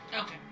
Okay